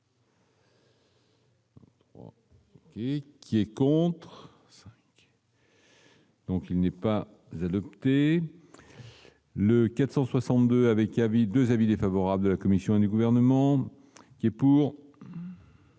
Qui est contre. Donc il n'est pas adopté le 462 avec qui avait 2 avis défavorables de la commission du gouvernement qui est pour.